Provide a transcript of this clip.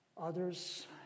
Others